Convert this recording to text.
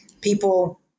people